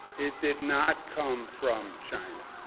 it did not come from china.